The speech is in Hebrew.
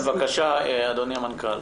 כן, בבקשה אדוני המנכ"ל.